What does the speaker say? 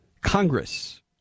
Congress